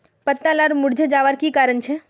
पत्ता लार मुरझे जवार की कारण छे?